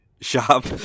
shop